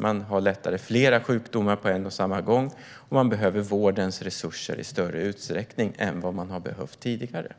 Man får lättare flera sjukdomar på en och samma gång, och man behöver vårdens resurser i större utsträckning än vad man har behövt tidigare.